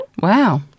Wow